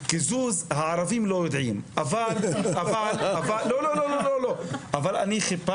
קיזוז הערבים לא יודעים, אבל אני חיפשתי.